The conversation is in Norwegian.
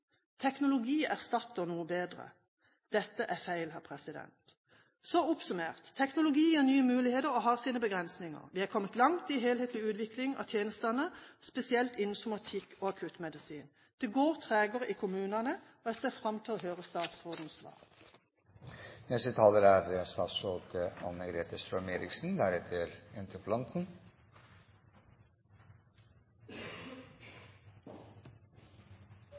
erstatter noe bedre. Dette er feil. Så oppsummert: Teknologi gir nye muligheter og har sine begrensninger. Vi er kommet langt i helhetlig utvikling av tjenestene, spesielt innen somatikk og akuttmedisin. Det går tregere i kommunene. Jeg ser fram til å høre statsrådens svar. Det er